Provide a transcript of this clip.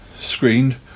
screened